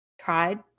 tried